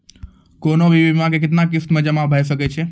कोनो भी बीमा के कितना किस्त मे जमा भाय सके छै?